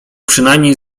przynajmniej